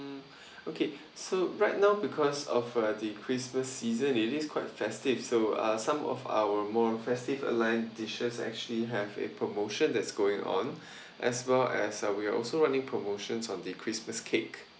mm okay so right now because of the christmas season it is quite festive so uh some of our more festive aligned dishes actually have a promotion that's going on as well as uh we are also running promotions on the christmas cake